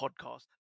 podcast